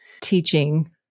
teaching